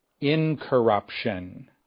incorruption